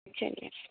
چلیے